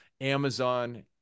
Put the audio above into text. Amazon